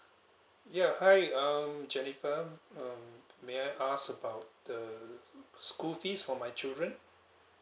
ya hi um jennifer um may I ask about the school fees for my children